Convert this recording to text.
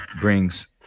brings